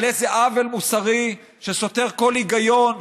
על איזה עוול מוסרי שסותר כל היגיון,